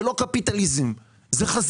זה לא קפיטליזם, זו חזירות.